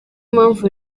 mpamvu